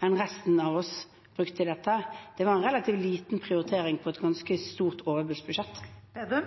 enn resten av oss brukte til dette. Det var en relativt liten prioritering på et ganske stort overbudsbudsjett. Trygve